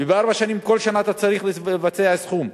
ובארבע שנים בכל שנה אתה צריך לבצע סכום.